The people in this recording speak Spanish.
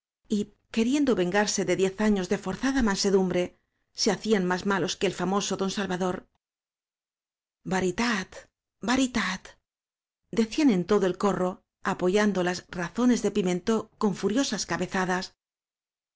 do venerarse de diez años de forzada mansedumbre se hacían más malos que el famoso don salvador veritat veritatdecían en todo el co rro apoyando las razones de pimentó con fu riosas cabezadas